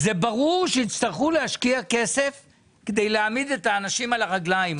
יצטרכו להשקיע כסף כדי להעמיד את האנשים על הרגילים,